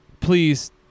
please